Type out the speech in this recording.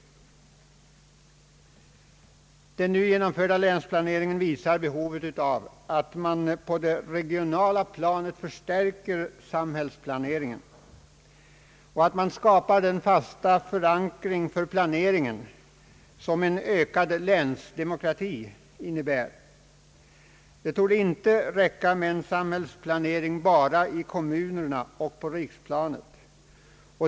Den nu genomförda länsplaneringen visar behovet av att man på det regionala planet förstärker samhällsplaneringen och skapar den fasta förankring av planeringen som en ökad länsdemokrati innebär. Det torde inte räcka med en samhällsplanering bara i kommunerna och på riksplanet.